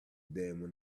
than